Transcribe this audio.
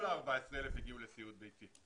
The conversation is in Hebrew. כל ה-14,000 הגיעו לסיעוד ביתי.